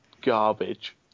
Garbage